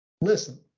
listen